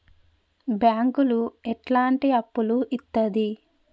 బ్యాంకులు ఎట్లాంటి అప్పులు ఇత్తది?